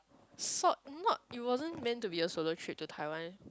sort not it wasn't meant to be a solo trip to Taiwan